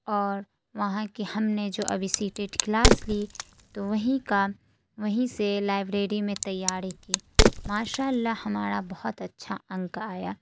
اور وہاں کے ہم نے جو ابھی سی ٹیٹ کلاس لی تو وہیں کا وہیں سے لائبریری میں تیاری کی ماشاء اللہ ہمارا بہت اچھا انک آیا